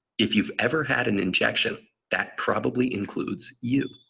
if you've ever had an injection that probably includes you.